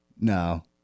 No